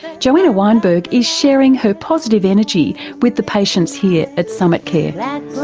joanna weinberg is sharing her positive energy with the patients here at summitcare.